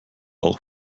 auch